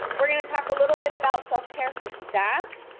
we're gonna talk a little bit about self-care for staff,